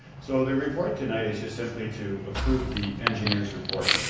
so, the report tonight is just simply to approve the engineer's report,